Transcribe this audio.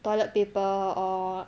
toilet paper or